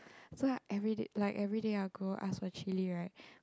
so I everyday like everyday I go I ask for chilli right